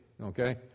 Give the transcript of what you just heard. okay